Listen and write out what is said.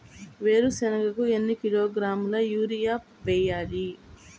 వేరుశనగకు ఎన్ని కిలోగ్రాముల యూరియా వేయాలి?